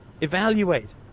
evaluate